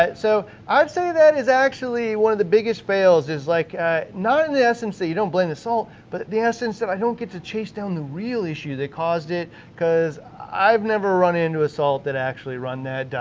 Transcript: so i'd say that it's actually one of the biggest fails is like ah not in the essence that you don't blame the salt, but the essence that i don't get to chase down the real issue that caused it cause i've never run into a salt that actually run that,